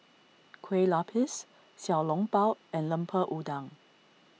Kueh Lapis Xiao Long Bao and Lemper Udang